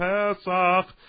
Pesach